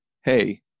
Hey